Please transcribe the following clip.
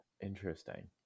Interesting